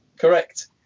Correct